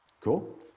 Cool